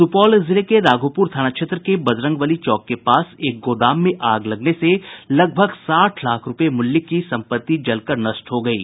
सुपौल जिले में राघोपुर थाना क्षेत्र के बजरंगबली चौक के पास एक गोदाम में आग लगने से लगभग साठ लाख रुपये मूल्य की संपत्ति जलकर नष्ट हो गयी